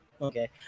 Okay